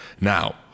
Now